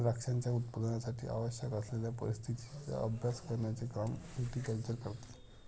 द्राक्षांच्या उत्पादनासाठी आवश्यक असलेल्या परिस्थितीचा अभ्यास करण्याचे काम विटीकल्चर करते